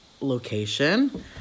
location